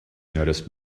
notice